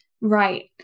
Right